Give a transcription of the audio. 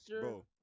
bro